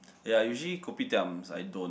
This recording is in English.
ya usually kopitiams I don't